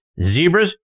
Zebras